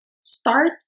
start